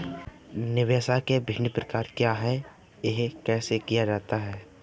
निवेश के विभिन्न प्रकार क्या हैं यह कैसे किया जा सकता है?